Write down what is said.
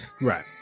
Right